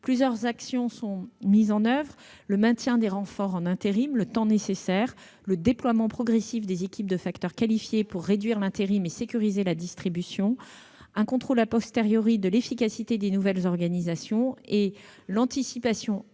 Plusieurs actions sont ainsi mises en oeuvre : le maintien des renforts en intérim pendant le temps nécessaire ; le déploiement progressif d'équipes de facteurs qualifiés pour réduire l'intérim et sécuriser la distribution ; le contrôle de l'efficacité des nouvelles organisations ; l'anticipation en